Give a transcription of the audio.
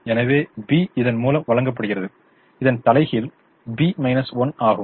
எனவே B இதன் மூலம் வழங்கப்படுகிறது இதன் தலைகீழ் B 1 ஆகும்